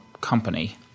company